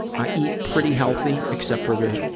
i eat pretty healthy, except for the